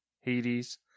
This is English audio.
Hades